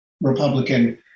Republican